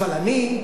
אבל אני,